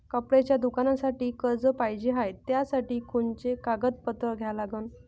कपड्याच्या दुकानासाठी कर्ज पाहिजे हाय, त्यासाठी कोनचे कागदपत्र द्या लागन?